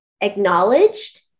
acknowledged